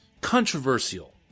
Controversial